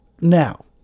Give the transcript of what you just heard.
Now